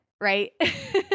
right